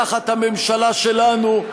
תחת הממשלה שלנו,